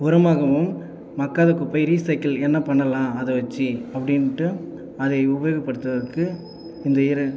உரமாகவும் மக்காத குப்பை ரீசைக்கிள் என்ன பண்ணலாம் அதை வச்சு அப்படின்ட்டு அதை உபயோகப்படுத்துவற்கு இந்த